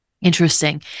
Interesting